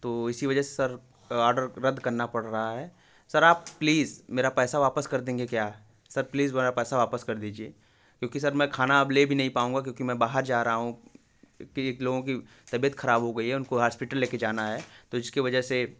तो इसी वजह से सर ऑर्डर रद्द करणा पड़ रहा है सर आप प्लीज मेरा पैसा वापस कर देंगे क्या सर प्लीज मेरा पैसा वापस कर दीजिए क्योंकि सर मैं खाना अब ले भी नहीं पाऊँगा क्योंकि मैं बाहर जा रहा हूँ कि लोगों की तबियत खराब हो गई है उसनको हॉस्पिटल लेके जाना है तो इसके वजह से